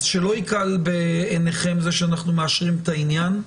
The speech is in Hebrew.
אז שלא יקל בעיניכם זה שאנחנו מאשרים את העניין.